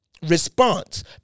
Response